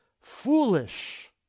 foolish